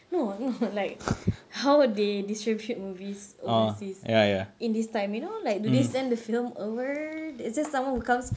no no like how they distribute movies overseas in this time you know like do they send the film over is there someone who comes